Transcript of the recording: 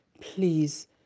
Please